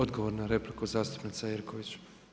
Odgovor na repliku zastupnica Jerković.